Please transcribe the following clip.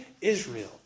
Israel